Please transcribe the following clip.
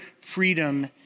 freedom